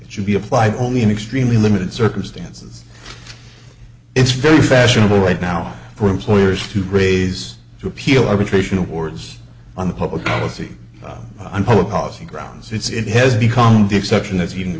and should be applied only in extremely limited circumstances it's very fashionable right now for employers to raise to appeal arbitration awards on public policy and public policy grounds it's it has become the exception it's even